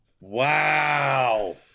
wow